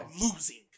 losing